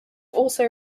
also